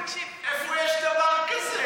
איפה יש דבר כזה?